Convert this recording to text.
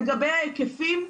לגבי ההיקפים,